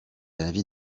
l’avis